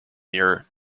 near